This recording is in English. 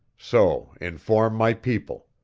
so inform my people.